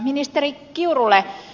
ministeri kiurulle